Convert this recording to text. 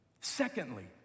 Secondly